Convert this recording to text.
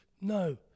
no